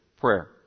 prayer